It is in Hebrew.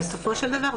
בסופו של דבר,